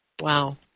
Wow